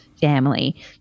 family